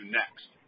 next